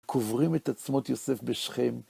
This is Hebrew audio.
קוברים את עצמות יוסף בשכם.